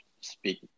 speak